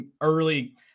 early